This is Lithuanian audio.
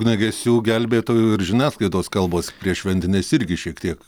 ugniagesių gelbėtojų ir žiniasklaidos kalbos prieššventinės irgi šiek tiek